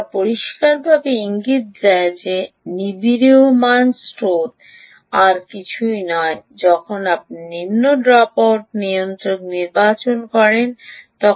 যা পরিষ্কারভাবে ইঙ্গিত দেয় যে যখন আপনি নিম্ন ড্রপআউট নিয়ন্ত্রক নির্বাচন করেনতখন নিরিবহমান স্রোত আর কিছুই নয়